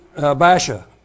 Basha